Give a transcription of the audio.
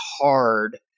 hard